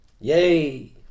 Yay